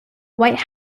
white